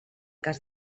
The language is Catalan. cas